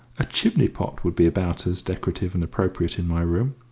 a chimney-pot would be about as decorative and appropriate in my room.